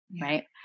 right